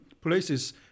places